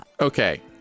Okay